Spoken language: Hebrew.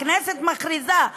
הכנסת מכריזה,